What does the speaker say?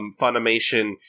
Funimation